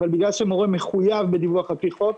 בגלל שמורה מחויב בדיווח על פי חוק,